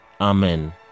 Amen